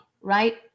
Right